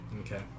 okay